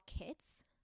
kits